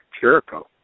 Jericho